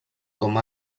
com